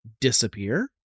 disappear